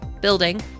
building